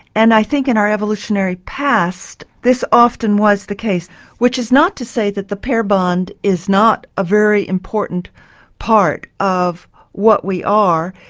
and i think in our evolutionary past this often was the case which is not to say that the pair bond is not a very important part of what we are.